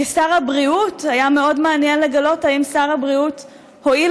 כשר הבריאות היה מאוד מעניין לגלות אם שר הבריאות הואיל